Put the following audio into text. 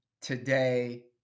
today